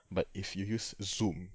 but if you use Zoom